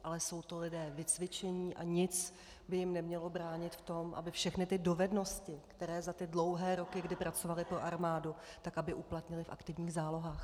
Ale jsou to lidé vycvičení a nic by jim nemělo bránit v tom, aby všechny ty dovednosti, které za ty dlouhé roky, kdy pracovali pro armádu, uplatnili v aktivních zálohách.